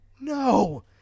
no